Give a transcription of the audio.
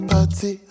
Party